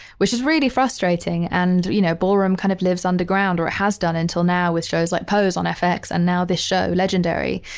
which is really frustrating. and, you know, ballroom kind of lives underground or it has done until now with shows like pose on fx and now this show, legendary.